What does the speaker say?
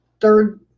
third